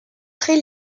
très